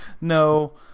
No